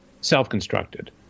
self-constructed